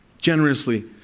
generously